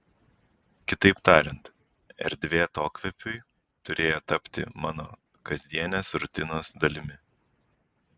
kitaip tariant erdvė atokvėpiui turėjo tapti mano kasdienės rutinos dalimi